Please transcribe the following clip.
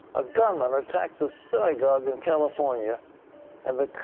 a gunman attacks a synagogue in california and the,